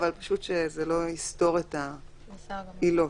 רק שזה לא יסתור את העילות.